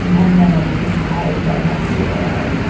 and then i'm surprised by how cool they are.